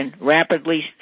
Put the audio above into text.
rapidly